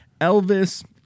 Elvis